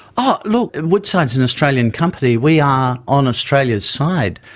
ah look, woodside is an australian company, we are on australia's side.